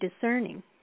discerning